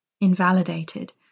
invalidated